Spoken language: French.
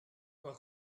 pas